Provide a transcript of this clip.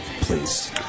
Please